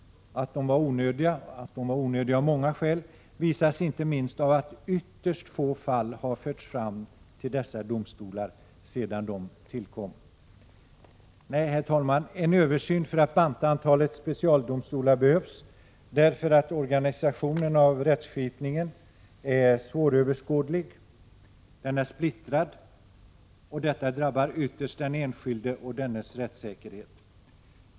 Att dessa domstolar av många skäl är onödiga visas inte minst av att ytterst få fall har förts fram till ekodomstolarna, sedan dessa tillkom. Nej, herr talman, en översyn för att banta antalet specialdomstolar behövs därför att organisationen av rättsskipningen är svåröverskådlig och splittrad, vilket ytterst drabbar den enskilde och dennes rättssäkerhet.